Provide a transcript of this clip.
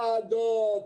ועדות,